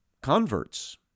converts